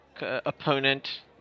opponent